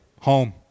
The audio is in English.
home